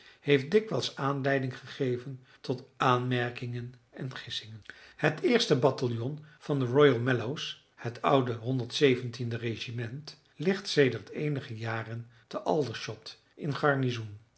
heeft dikwijls aanleiding gegeven tot aanmerkingen en gissingen het eerste bataljon van de royal mallows ligt sedert eenige jaren te aldershot in garnizoen